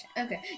Okay